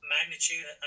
Magnitude